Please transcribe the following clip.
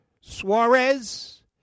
Suarez